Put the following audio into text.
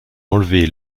enlevé